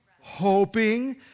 Hoping